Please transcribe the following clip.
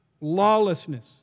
lawlessness